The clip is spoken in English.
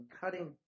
cutting